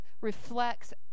reflects